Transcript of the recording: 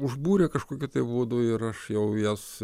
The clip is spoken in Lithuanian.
užbūrė kažkokiu būdu ir aš jau jas